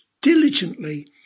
diligently